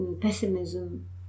pessimism